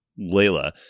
Layla